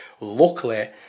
Luckily